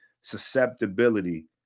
susceptibility